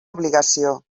obligació